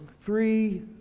three